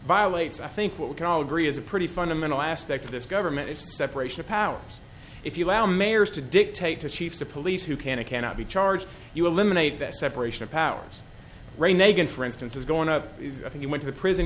violates i think what we can all agree is a pretty fundamental aspect of this government is the separation of powers if you allow mayors to dictate to chiefs of police who can and cannot be charged you eliminate this separation of powers ray nagin for instance is going to have he went to prison